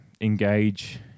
engage